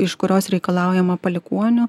iš kurios reikalaujama palikuonių